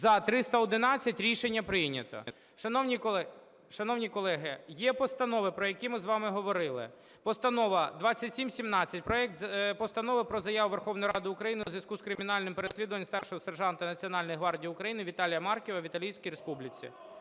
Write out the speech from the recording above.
За-311 Рішення прийнято. Шановні колеги, є постанови, про які ми з вами говорили. Постанова 2717: проект Постанови про заяву Верховної Ради України у зв'язку з кримінальним переслідуванням старшого сержанта Національної гвардії України Віталія Марківа в Італійській Республіці.